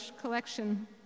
collection